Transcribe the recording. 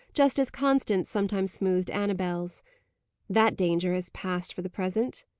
just as constance sometimes smoothed annabel's that danger has passed for the present.